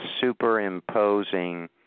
superimposing